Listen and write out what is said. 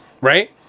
right